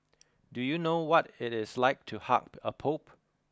do you know what it is like to hug a pope